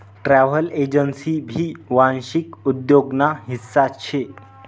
travel agency भी वांशिक उद्योग ना हिस्सा शे